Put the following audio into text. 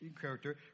character